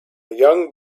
young